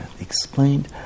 explained